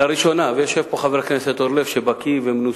לראשונה, ויושב פה חבר הכנסת אורלב שבקי ומנוסה,